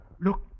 Look